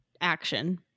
Action